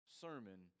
sermon